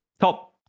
top